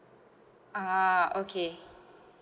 ah okay